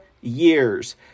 years